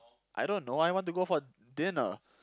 I don't know I want to go for dinner